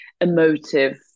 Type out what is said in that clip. emotive